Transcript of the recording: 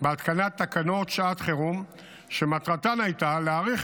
בהתקנת תקנות שעת חירום שמטרתן הייתה להאריך